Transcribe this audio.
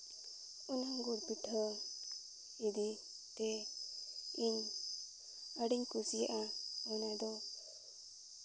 ᱚᱱᱟ ᱜᱩᱲ ᱯᱤᱴᱷᱟᱹ ᱤᱫᱤ ᱛᱮ ᱤᱧ ᱟᱹᱰᱤᱧ ᱠᱩᱥᱤᱭᱟᱜᱼᱟ ᱚᱱᱟᱫᱚ